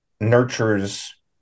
nurtures